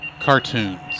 Cartoons